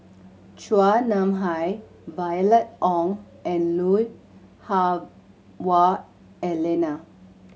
Chua Nam Hai Violet Oon and Lui Hah Wah Elena